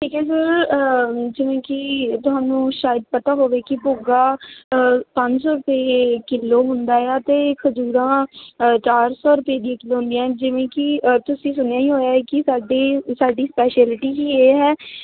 ਠੀਕ ਹੈ ਸਰ ਜਿਵੇਂ ਕਿ ਤੁਹਾਨੂੰ ਸ਼ਾਇਦ ਪਤਾ ਹੋਵੇ ਕਿ ਭੁੱਗਾ ਪੰਜ ਸੌ ਰੁਪਏ ਕਿਲੋ ਹੁੰਦਾ ਆ ਅਤੇ ਖਜੂਰਾਂ ਚਾਰ ਸੌ ਰੁਪਏ ਕਿਲੋ ਹੁੰਦੀਆਂ ਨੇ ਜਿਵੇਂ ਕਿ ਤੁਸੀਂ ਸੁਣਿਆ ਹੀ ਹੋਇਆ ਕਿ ਸਾਡੇ ਸਾਡੀ ਸਪੈਸ਼ੈਲਿਟੀ ਹੀ ਇਹ ਹੈ